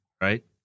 right